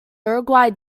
uruguay